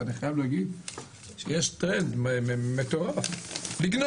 אני חייב להגיד שיש טרנד מטורף לגנוב.